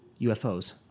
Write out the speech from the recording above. UFOs